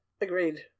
Agreed